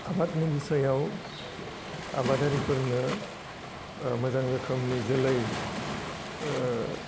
आबादनि बिसयाव आबादारिफोरनो मोजां रोखोमनि जोलै